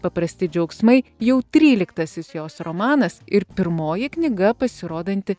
paprasti džiaugsmai jau tryliktasis jos romanas ir pirmoji knyga pasirodanti